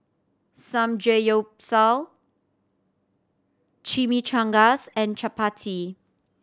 Samgeyopsal Chimichangas and Chapati